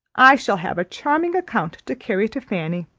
i shall have a charming account to carry to fanny,